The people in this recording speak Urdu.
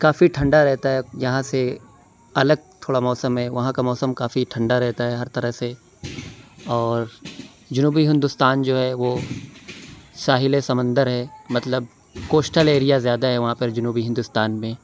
کافی ٹھنڈا رہتا ہے یہاں سے الگ تھوڑا موسم ہے وہاں کا موسم کافی ٹھنڈا رہتا ہے ہر طرح سے اور جنوبی ہندوستان جو ہے وہ ساحلے سمندر ہے مطلب کوسٹل ایریا زیادہ ہے وہاں پر جنوبی ہندوستان میں